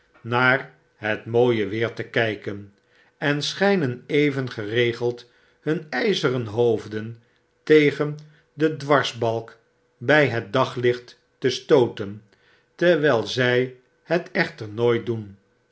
naar het mooie weer te kpen en schynen even geregeld hun tjzeren hoofden tegen den dwarsbalk bij het daglicht te stooten terwijl zjj het echter nooit doen